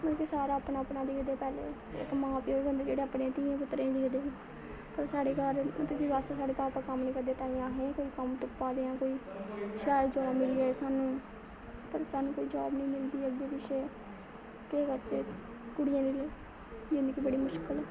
क्योंकि सारे अपना अपना दिक्खदे पैह्लें इक मां प्योऽ गै होंदे जेह्ड़े अपने धिये पुत्तरें ई दिक्खदे पर साढ़े घर क्योंकि अस साढ़े भापा कोई कम्म निं करदे ताहियें अस कम्म तुप्पा दे आं कोई शैल जॉब मिली जाये सानूं पर सानूं कोई जॉब निं मिलदी अग्गें पिच्छे केह् करचै कुड़ियें दी ज़िंदगी बड़ी मुश्कल ऐ